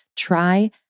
Try